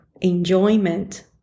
enjoyment